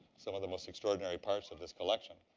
some of the most extraordinary parts of this collection